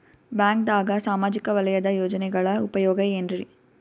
ಬ್ಯಾಂಕ್ದಾಗ ಸಾಮಾಜಿಕ ವಲಯದ ಯೋಜನೆಗಳ ಉಪಯೋಗ ಏನ್ರೀ?